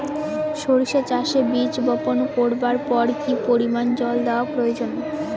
সরিষা চাষে বীজ বপন করবার পর কি পরিমাণ জল দেওয়া প্রয়োজন?